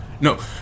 No